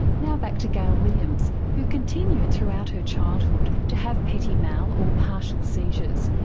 now back to gail williams, who continued throughout her childhood to have petit mal or partial seizures,